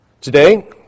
Today